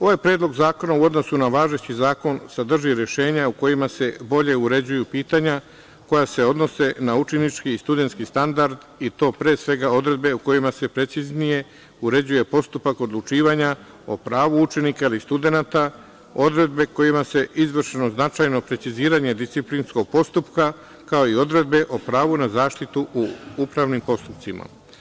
Ovaj Predlog zakona u odnosu na važeći zakon sadrži rešenja u kojima se bolje uređuju pitanja koja se odnose na učenički i studentski standard i to pre svega odredbe u kojima se preciznije uređuje postupak odlučivanja o pravu učenika, ali i studenata, odredbe kojima se izvršava značajno preciziranje disciplinskog postupka, kao i odredbe o pravu na zaštitu u upravnim postupcima.